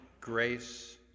grace